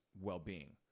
well-being